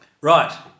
Right